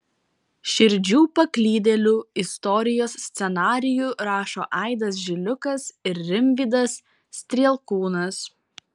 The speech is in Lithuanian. širdžių paklydėlių istorijos scenarijų rašo aidas žiliukas ir rimvydas strielkūnas